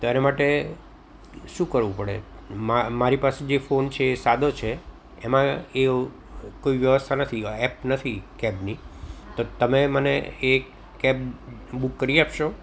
તો એના માટે શું કરવું પડે મા મારી પાસે જે ફોન છે સાદો છે એમાં એવું કોઈ વ્યવસ્થા નથી એપ નથી કેબની તો તમે મને એક કેબ બુક કરી આપશો